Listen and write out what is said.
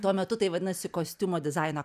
tuo metu tai vadinasi kostiumo dizaino